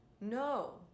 No